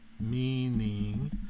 meaning